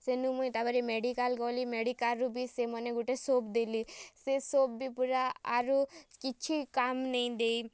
ସେନୁ ମୁଇଁ ତାପରେ ମେଡ଼ିକାଲ୍ ଗଲି ମେଡ଼ିକାଲ୍ରୁ ବି ସେମାନେ ଗୁଟେ ସୋପ୍ ଦେଲେ ସେ ସୋପ୍ ବି ପୁରା ଆରୁ କିଛି କାମ୍ ନେଇଁ ଦେଇ